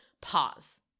pause